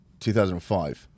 2005